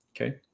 Okay